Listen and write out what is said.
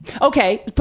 Okay